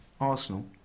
Arsenal